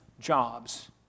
jobs